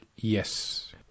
Yes